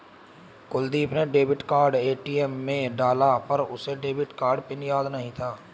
कुलदीप ने debit card ATM में डाला पर उसे डेबिट कार्ड पिन याद नहीं था